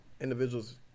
Individuals